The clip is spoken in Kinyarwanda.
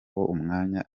umwanya